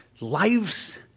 lives